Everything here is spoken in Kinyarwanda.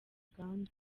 uganda